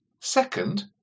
Second